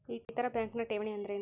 ಇತರ ಬ್ಯಾಂಕ್ನ ಠೇವಣಿ ಅನ್ದರೇನು?